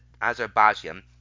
Azerbaijan